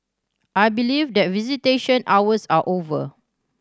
I believe that visitation hours are over